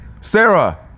Sarah